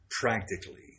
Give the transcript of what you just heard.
practically